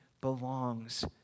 belongs